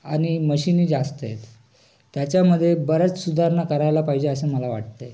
आणि मशिनी जास्त आहेत त्याच्यामध्ये बऱ्याच सुधारणा करायला पाहिजे असं मला वाटते